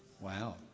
Wow